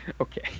Okay